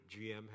GM